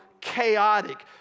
chaotic